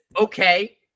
Okay